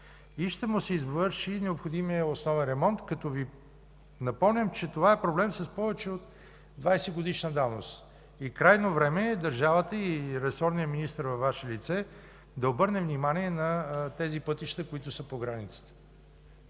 и ще му се извърши необходимия основен ремонт, като Ви напомням, че това е проблем с повече от 20-годишна давност. Крайно време е държавата и ресорният министър във Ваше лице да обърне внимание на тези пътища, които са по границата.